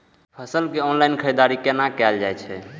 फसल के ऑनलाइन खरीददारी केना कायल जाय छै?